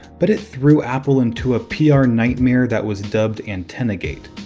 but it threw apple into a pr nightmare that was dubbed antennagate.